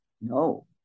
No